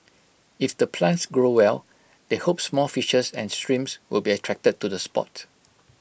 if the plants grow well they hope small fishes and shrimps will be attracted to the spot